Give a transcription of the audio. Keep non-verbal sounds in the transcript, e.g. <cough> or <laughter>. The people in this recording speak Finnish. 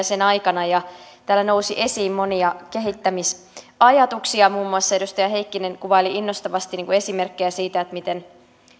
<unintelligible> sen aikana ja täällä nousi esiin monia kehittämisajatuksia muun muassa edustaja heikkinen kuvaili innostavasti esimerkkejä siitä miten